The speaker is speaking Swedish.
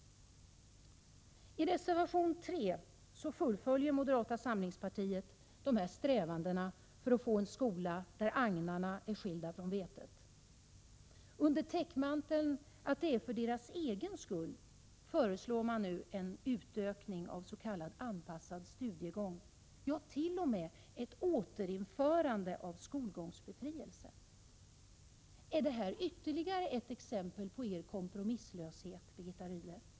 I reservation 3 fullföljer moderata samlingspartiet dessa strävanden för att få en skola där agnarna är skilda från vetet. Under täckmanteln att det är för elevernas egen skull föreslår man nu en utökning av s.k. anpassad studiegång ja, t.o.m. ett återinförande av skolgångsbefrielse. Är detta ytterligare ett exempel på er kompromisslöshet, Birgitta Rydle?